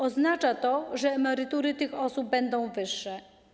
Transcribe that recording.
Oznacza to, że emerytury tych osób będą wyższe.